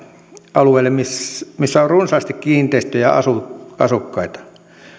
alueelle missä missä on runsaasti kiinteistöjä ja asukkaita